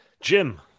Jim